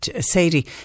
Sadie